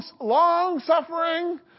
long-suffering